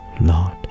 Lord